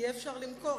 אפשר יהיה למכור.